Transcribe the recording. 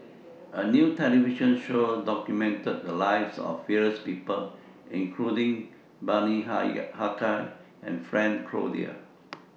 A New television Show documented The Lives of various People including Bani Haykal and Frank Cloutier